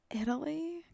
Italy